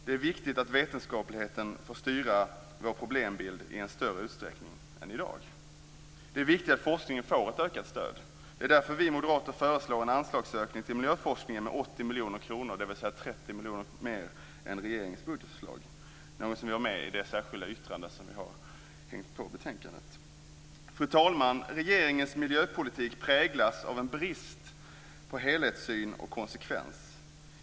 Det är viktigt att vetenskapligheten får styra vår problembild i en större utsträckning än i dag. Det är viktigt att forskningen får ett ökat stöd. Det är därför vi moderater föreslår en anslagsökning till miljöforskningen med 80 miljoner kronor, dvs. 30 miljoner mer än regeringens budgetförslag. Detta har vi med i det särskilda yttrande som vi har i betänkandet. Fru talman! Regeringens miljöpolitik präglas av en brist på helhetssyn och konsekvens.